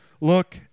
look